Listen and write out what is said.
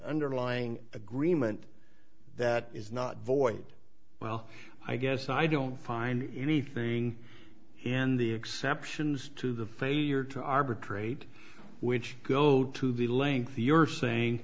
underlying agreement that is not void well i guess i don't find anything in the exceptions to the failure to arbitrate which go to the length you're saying